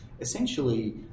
essentially